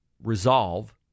resolve